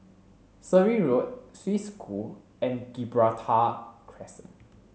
Surrey Road Swiss School and Gibraltar Crescent